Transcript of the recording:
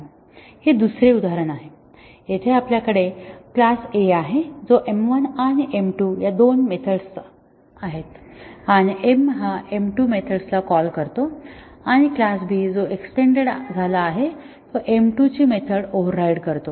हे दुसरे उदाहरण आहे येथे आपल्याकडे क्लास A आहे जो m1 आणि m2 या दोन मेथड्सचा आहेत आणि m हा m2 मेथड्स कॉल करतो आणि क्लास B जो एक्स्टेंडेड झाला आहे तो m2 ची मेथड ओव्हरराइड करतो